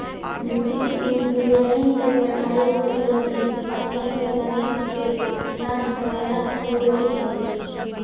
वित्तीय इंजीनियरिंग के पढ़ाई करे लगी अपने के गणित के ज्ञान होवे ला जरूरी हई